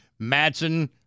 Madsen